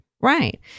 Right